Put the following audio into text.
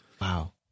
Wow